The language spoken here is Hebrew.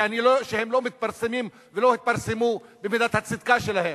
שהם לא מתפרסמים ולא התפרסמו במידת הצדק שלהם.